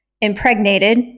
impregnated